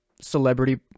celebrity